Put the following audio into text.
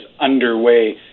underway